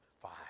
five